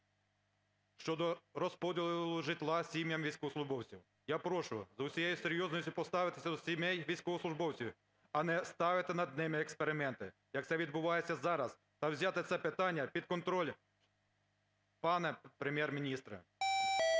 щодо розподілу житла сім'ям військовослужбовців. Я прошу з усією серйозністю поставитися до сімей військовослужбовців, а не ставити над ними експерименти, як це відбувається зараз, та взяти це питання під контроль, пане Прем’єр-міністре.